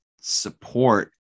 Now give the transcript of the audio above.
support